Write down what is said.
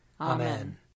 Amen